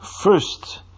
first